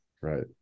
Right